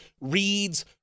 reads